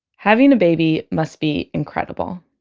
having a baby must be incredible